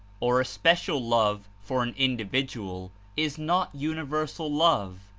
or especial love for an individual is not universal love,